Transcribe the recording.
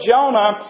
Jonah